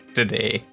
today